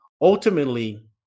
ultimately